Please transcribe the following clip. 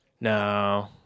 No